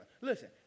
Listen